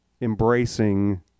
embracing